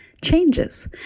changes